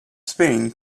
spain